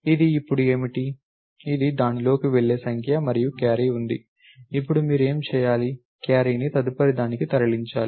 ఇది ఇప్పుడు ఏమిటి ఇది దానిలోకి వెళ్లే సంఖ్య మరియు క్యారీ ఉంది ఇప్పుడు మీరు ఏమి చేయాలి క్యారీని తదుపరి దానికి తరలించాలి